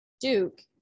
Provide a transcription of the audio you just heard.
Duke